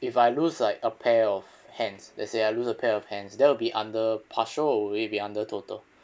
if I lose like a pair of hands let's say I lose a pair of hands that will be under partial or will it be under total